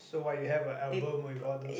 so what you have an album with all those